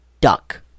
duck